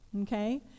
Okay